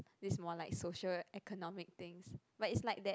this is more like social economic things but it's like that